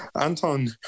Anton